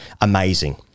amazing